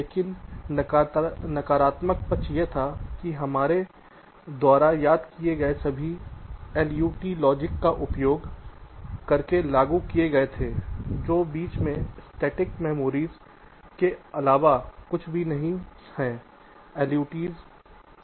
लेकिन नकारात्मक पक्ष यह था कि हमारे द्वारा याद किए गए सभी LUT लॉजिक का उपयोग करके लागू किए गए थे जो बीच में स्टैटिक मेमोरीज के अलावा कुछ भी नहीं हैं